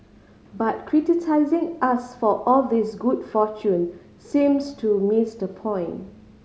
but criticising us for all this good fortune seems to miss the point